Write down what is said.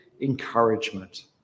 encouragement